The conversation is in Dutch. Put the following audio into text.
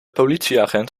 politieagent